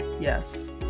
yes